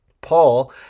Paul